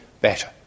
better